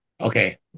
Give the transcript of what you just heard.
Okay